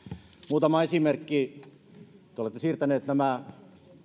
muutama esimerkki te olette siirtäneet nämä